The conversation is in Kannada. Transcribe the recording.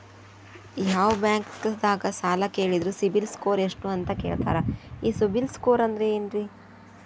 ಯಾವ ಬ್ಯಾಂಕ್ ದಾಗ ಸಾಲ ಕೇಳಿದರು ಸಿಬಿಲ್ ಸ್ಕೋರ್ ಎಷ್ಟು ಅಂತ ಕೇಳತಾರ, ಈ ಸಿಬಿಲ್ ಸ್ಕೋರ್ ಅಂದ್ರೆ ಏನ್ರಿ?